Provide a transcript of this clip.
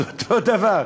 זה אותו דבר.